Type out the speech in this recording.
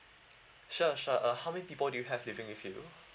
sure sure uh how many people do you have living with you